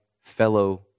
fellow